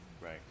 Right